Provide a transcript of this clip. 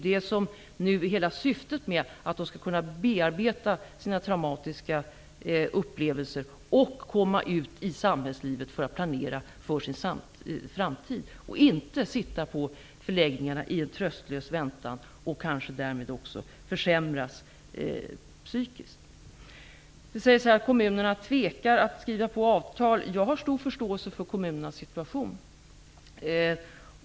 Hela syftet är att de skall kunna bearbeta sina traumatiska upplevelser och komma ut i samhällslivet för att planera för sin framtid och inte sitta på förläggningarna i ett tröstlöst väntande, och kanske därmed också försämras psykiskt. Det sägs att kommunerna tvekar att skriva på avtal. Jag har stor förståelse för kommunernas situation.